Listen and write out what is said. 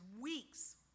weeks